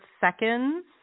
seconds